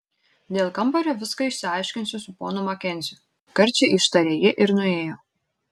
dėl kambario viską išsiaiškinsiu su ponu makenziu karčiai ištarė ji ir nuėjo